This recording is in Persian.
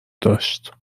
داشت